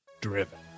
driven